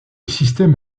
système